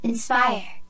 Inspire